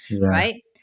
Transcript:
right